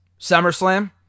SummerSlam